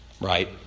right